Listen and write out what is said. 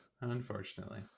unfortunately